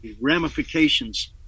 ramifications